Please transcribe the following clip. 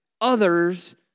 others